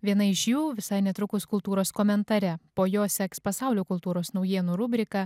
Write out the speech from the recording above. viena iš jų visai netrukus kultūros komentare po jo seks pasaulio kultūros naujienų rubrika